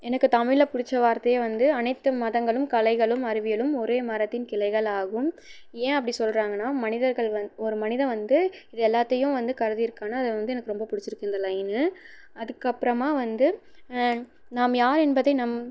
எனக்கு தமிழில் பிடிச்ச வார்த்தையே வந்து அனைத்து மதங்களும் கலைகளும் அறிவியலும் ஒரே மரத்தின் கிளைகள் ஆகும் ஏன் அப்படி சொல்றாங்கன்னா மனிதர்கள் வந்து ஒரு மனிதன் வந்து இது எல்லாத்தையும் வந்து கருதிருக்கணும் அது வந்து எனக்கு ரொம்ப பிடிச்சிருக்கு இந்த லைன்னு அதுக்கப்புறமா வந்து நாம் யார் என்பதை நம்